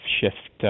shift